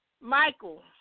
Michael